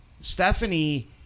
Stephanie